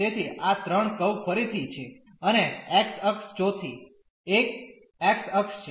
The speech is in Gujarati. તેથી આ ત્રણ કર્વ ફરીથી છે અને x અક્ષ ચોથી એક x અક્ષ છે